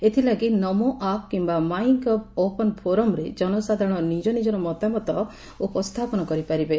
ଏଥିଲାଗି ନମୋ ଆପ୍ କିମ୍ବା my gov open ଫୋରମ୍ରେ ଜନସାଧାରଣ ନିଜ ନିଜର ମତାମତ ଉପସ୍ରାପନ କରିପାରିବେ